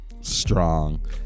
strong